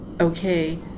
okay